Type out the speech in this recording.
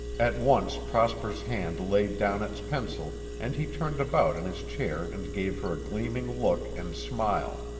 at once prosper's hand laid down its pencil and he turned about in his chair and gave her a gleaming look and smile.